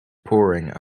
pouring